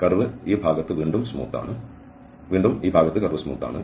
curve ഈ ഭാഗത്ത് വീണ്ടും സ്മൂത്ത് ആണ് വീണ്ടും ഈ ഭാഗത്ത് കർവ് സ്മൂത്ത് ആണ്